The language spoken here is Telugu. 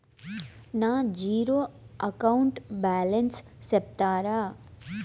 నా జీరో అకౌంట్ బ్యాలెన్స్ సెప్తారా?